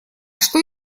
что